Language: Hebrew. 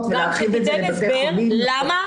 ולהרחיב את זה לבתי חולים --- לא,